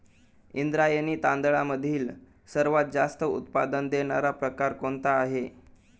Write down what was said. इंद्रायणी तांदळामधील सर्वात जास्त उत्पादन देणारा प्रकार कोणता आहे?